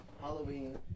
Halloween